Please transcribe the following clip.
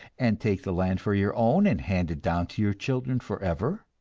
and take the land for your own, and hand it down to your children forever?